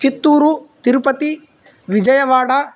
Chittoor Tirupati Vijayawada